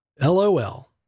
LOL